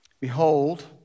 Behold